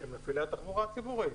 עם מפעילי התחבורה הציבורית.